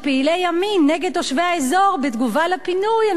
נגד תושבי האזור בתגובה לפינוי" אני מצטטת,